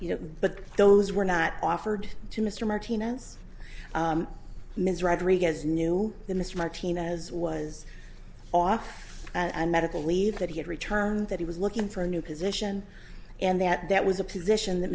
you know but those were not offered to mr martinez ms rodriguez knew that mr martinez was off and medical leave that he had returned that he was looking for a new position and that that was a position that